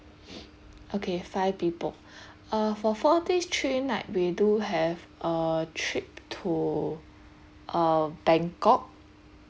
okay five people uh for four days three night we do have uh trip to uh bangkok